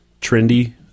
trendy